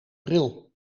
bril